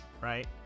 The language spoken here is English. Right